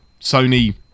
Sony